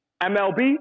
MLB